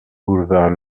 boulevard